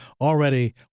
already